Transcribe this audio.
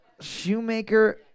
Shoemaker